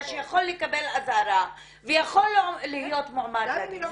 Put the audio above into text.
שיכול לקבל אזהרה ויכול להיות מועמד לדין.